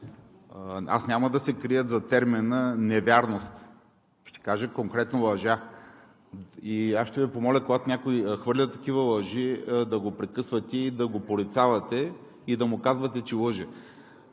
Няма да се крия зад термина „невярност“, ще кажа конкретно: лъжа. Ще Ви помоля, когато някой хвърля такива лъжи, да го прекъсвате, да го порицавате и да му казвате, че лъже.